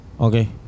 Okay